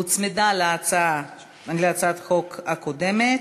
שהוצמדה להצעת החוק הקודמת.